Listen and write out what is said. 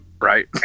right